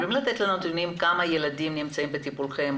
יכולים לתת לנו נתונים כמה ילדים נמצאים בטיפולכם,